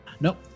Nope